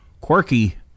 quirky